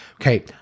okay